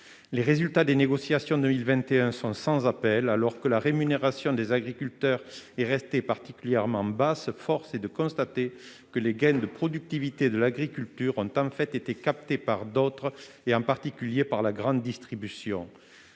Les résultats des négociations de 2021 sont sans appel : alors que la rémunération des agriculteurs est restée particulièrement basse, force est de constater que les gains de productivité de l'agriculture ont été captés par d'autres, en particulier par la grande distribution.